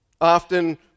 often